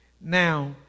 Now